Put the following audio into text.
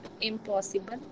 impossible